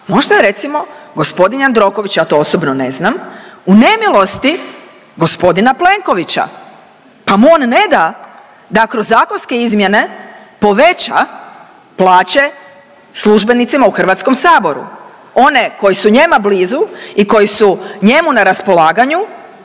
možda je recimo g. Jandroković, ja to osobno ne znam, u nemilosti g. Plenkovića, pa mu on ne da da kroz zakonske izmjene poveća plaće službenicima u HS. One koji su njemu blizu i koji su njemu na raspolaganju